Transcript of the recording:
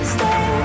Stay